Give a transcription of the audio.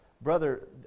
Brother